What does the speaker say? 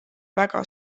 väga